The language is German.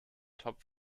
top